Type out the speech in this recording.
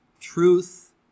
Truth